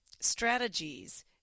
strategies